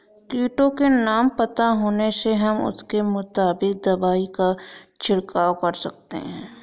कीटों के नाम पता होने से हम उसके मुताबिक दवाई का छिड़काव कर सकते हैं